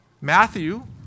Matthew